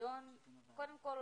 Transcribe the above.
קודם כל,